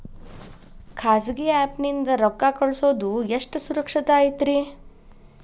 ಖಾಸಗಿ ಆ್ಯಪ್ ನಿಂದ ರೊಕ್ಕ ಕಳ್ಸೋದು ಎಷ್ಟ ಸುರಕ್ಷತಾ ಐತ್ರಿ?